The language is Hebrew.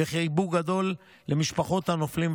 וחיבוק גדול למשפחות הנופלים,